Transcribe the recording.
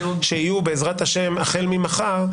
שיהיו בעזרת השם החל ממחר,